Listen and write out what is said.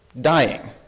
dying